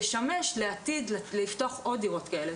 ישמש בעתיד כדי לפתוח עוד דירות כאלה.